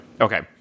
Okay